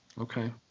Okay